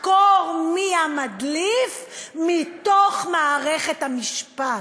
לחקור מי המדליף מתוך מערכת המשפט,